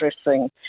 addressing